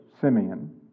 Simeon